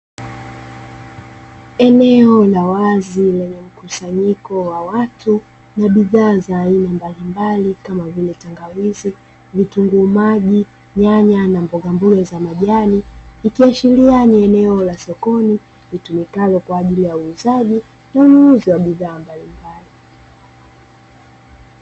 Eneo la wazi lenye mkusanyiko wa watu na bidhaa za aina mbalimbali kama vile; tangawizi, nyanya, vitunguu maji pamoja na mboga za majani. Ikiashiria ni eneo la sokoni litumikalo kwa ajili ya uuzaji na ununuzi wa bidhaa mbalimbali.